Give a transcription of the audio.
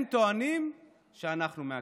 הם טוענים שאנחנו מעכבים.